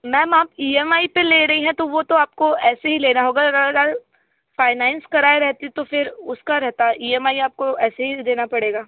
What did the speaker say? ma'am आप E M I पर ले रही है तो वो तो आपको ऐसे ही लेना होगा फाइनेंस कराए रहती तो फिर उसका रहता है ई एम आई आपको ऐसे ही देना पड़ेगा